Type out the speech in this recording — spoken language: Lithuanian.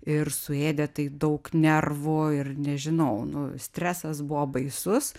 ir suėdė tai daug nervų ir nežinau nu stresas buvo baisus